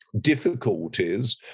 difficulties